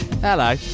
Hello